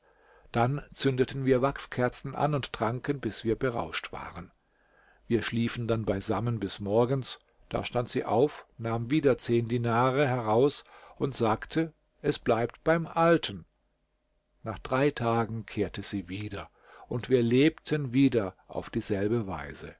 dann zündeten wir wachskerzen an und tranken bis wir berauscht waren wir schliefen dann beisammen bis morgens da stand sie auf nahm wieder zehn dinare heraus und sagte es bleibt beim alten nach drei tagen kehrte sie wieder und wir lebten wieder auf dieselbe weise